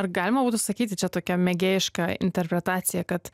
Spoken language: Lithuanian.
ar galima būtų sakyti čia tokia mėgėjiška interpretacija kad